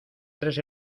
tres